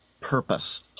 purpose